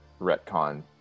retcon